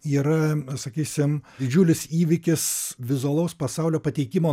yra sakysim didžiulis įvykis vizualaus pasaulio pateikimo